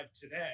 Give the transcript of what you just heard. today